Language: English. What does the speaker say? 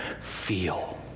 feel